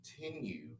continue